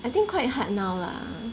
I think quite hard now lah